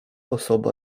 osoba